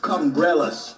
umbrellas